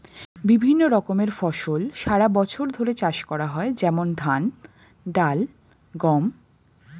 বিভিন্ন রকমের ফসল সারা বছর ধরে চাষ করা হয়, যেমন ধান, ডাল, গম